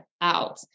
out